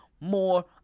more